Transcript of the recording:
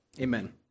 Amen